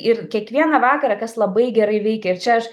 ir kiekvieną vakarą kas labai gerai veikia ir čia aš